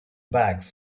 bags